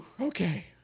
Okay